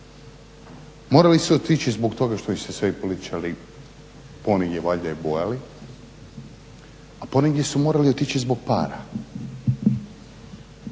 morali su otići zbog toga što ih su se političari ponegdje valjda i bojali, a ponegdje su morali otići zbog para.